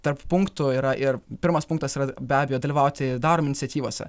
tarp punktų yra ir pirmas punktas yra be abejo dalyvauti darbo iniciatyvose